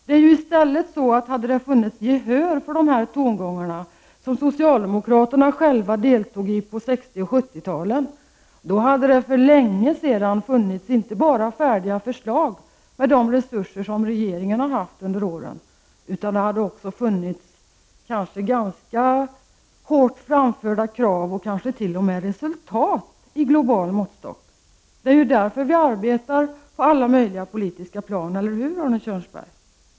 Om det hade funnits gehör för dessa tongångar, som socialdemokraterna själva uttryckte på 60 och 70 talen, hade det för länge sedan funnits inte bara färdiga förslag, med de resurser regeringen har haft under åren. Det hade också funnits ganska kraftfullt framförda krav och kanske t.o.m. resultat, mätt med en global måttstock. Det är därför vi arbetar på alla möjliga politiska plan. Eller hur, Arne Kjörnsberg?